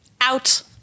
Out